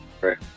right